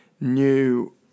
new